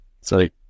Sorry